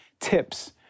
tips